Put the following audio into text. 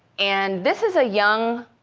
and this is a young